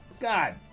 God